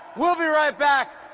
we'll be right back!